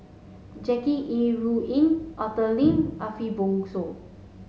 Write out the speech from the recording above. Jackie Yi Ru Ying Arthur Lim Ariff Bongso